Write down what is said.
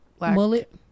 Mullet